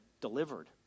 delivered